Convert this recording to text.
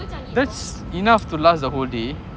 that's enough to last the whole day